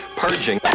purging